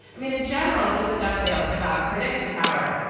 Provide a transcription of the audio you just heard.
i mean, in general, this stuff fails to have predictive power.